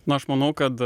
na aš manau kad